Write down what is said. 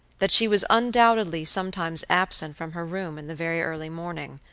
that she was undoubtedly sometimes absent from her room in the very early morning,